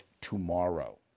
tomorrow